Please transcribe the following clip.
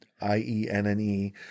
I-E-N-N-E